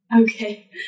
Okay